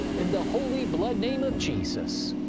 in the holy blood-name of jesus,